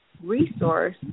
resource